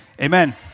amen